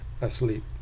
asleep